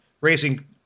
raising